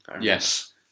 Yes